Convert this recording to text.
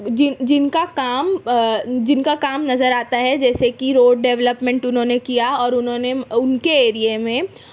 جن کا کام جن کا کام نظر آتا ہے جیسے کی روڈ ڈیولپمنٹ انہوں نے کیا اور انہوں نے ان کے ایریے میں